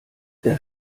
der